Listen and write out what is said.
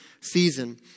season